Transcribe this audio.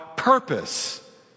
Purpose